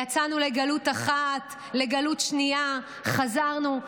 יצאנו לגלות אחת, לגלות שנייה, חזרנו.